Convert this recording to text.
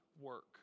work